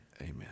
amen